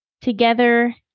Together